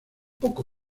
poco